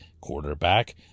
quarterback